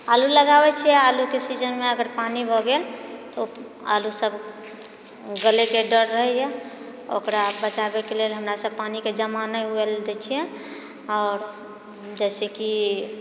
आलू लगाबै छिऐ आलूके सीजनमे अगर पानि भए गेल तऽ ओ आलू सब गलएके डर रहैए ओकरा बचाबैके लेल हमरा सब पानिके जमा नहि हुए लऽ दै छिऐ आओर जैसे कि